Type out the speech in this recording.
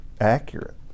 accurate